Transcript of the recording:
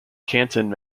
canton